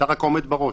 אתה רק עומד בראש.